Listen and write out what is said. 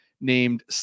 named